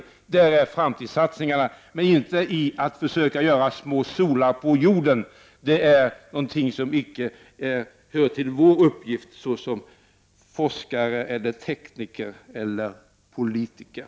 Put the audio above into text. På det området finns framtidssatsningarna — de ligger inte i att försöka göra små solar på jorden. Det är något som icke hör till vår uppgift såsom forskare, tekniker eller politiker.